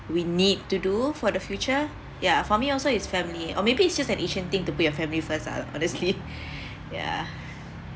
we need to do for the future ya for me also is family or maybe it's just an asian thing to put your family first ah honestly ya